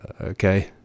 Okay